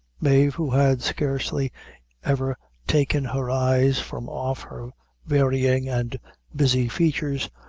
mave, who had scarcely ever taken her eyes from off her varying and busy features,